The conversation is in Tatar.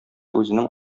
үзенең